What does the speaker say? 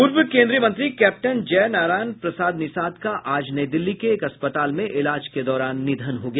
पूर्व केन्द्रीय मंत्री कैप्टन जय नारायण प्रसाद निषाद का आज नई दिल्ली के एक अस्पताल में इलाज के दौरान निधन हो गया